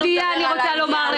כיהודייה אני רוצה לומר לך שזו בושה.